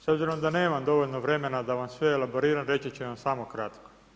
S obzirom da nemam dovoljno vremena da vam sve elaboriram reći ću vam samo kratko.